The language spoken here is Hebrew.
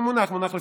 מונח, מונח לפתחך.